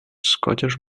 scottish